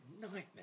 nightmare